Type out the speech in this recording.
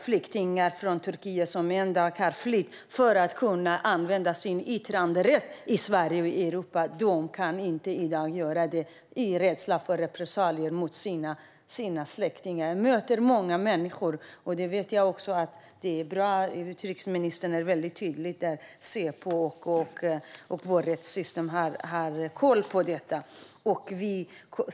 Flyktingar som har flytt från Turkiet för att kunna använda sin yttranderätt i Sverige och i Europa kan i dag inte göra det av rädsla för repressalier mot släktingar. Jag möter många människor. Det är bra att utrikesministern är mycket tydlig med att vårt rättssystem har koll på detta.